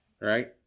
Right